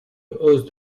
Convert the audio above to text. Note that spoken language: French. hausse